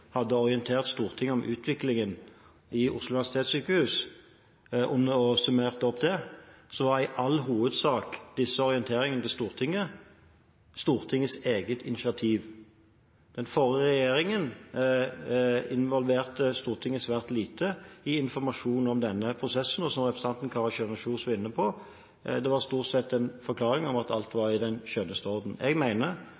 hadde orientert Stortinget om utviklingen ved Oslo universitetssykehus, og summert opp det, var disse orienteringene til Stortinget i all hovedsak Stortingets eget initiativ. Den forrige regjeringen involverte Stortinget svært lite når det gjelder informasjon om denne prosessen, og som representanten Kari Kjønaas Kjos var inne på: Det var stort sett forklaringer om at alt var